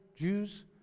Jews